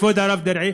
לכבוד הרב דרעי,